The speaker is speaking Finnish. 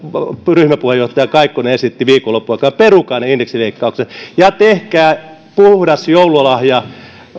ryhmäpuheenjohtaja kaikkonen esitti viikonlopun aikana perukaa ne indeksileikkaukset ja tehkää puhdas joululahja